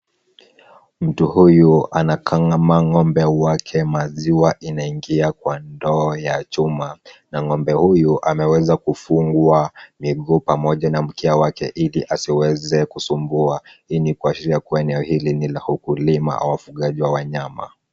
Mtu huyu anakama ng'ombe wake maziwa yanaingia kwa ndoo ya chuma na ng'ombe huyu ameweza kufungwa miguu pamoja na mkia wake ili asiweze kusumbua. Hii ni kuashiria kuwa eneo hili ni la ukulima au wafugaji wa wanyama.